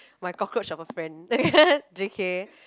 my cockroach of a friend J_K